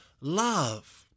love